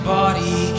body